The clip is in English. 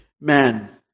man